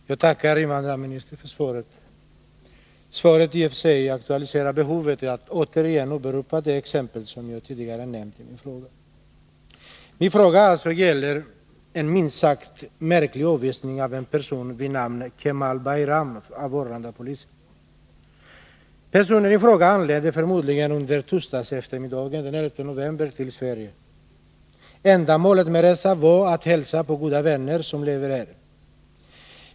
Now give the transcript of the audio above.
Herr talman! Jag tackar invandrarministern för svaret. Det aktualiserar i och för sig behovet av att återigen åberopa det exempel jag nämnt i frågan. Min fråga gäller en minst sagt märklig avvisning av en person vid namn Kemal Bayram av Arlandapolisen. Personen i fråga anlände förmodligen under förmiddagen torsdagen den 11 november till Sverige. Ändamålet med resan var att hälsa på goda vänner som lever här.